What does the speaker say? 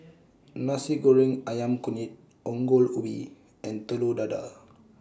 Nasi Goreng Ayam Kunyit Ongol Ubi and Telur Dadah